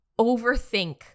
overthink